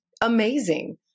amazing